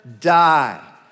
die